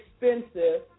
expensive